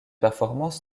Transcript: performance